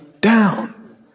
down